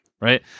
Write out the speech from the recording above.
right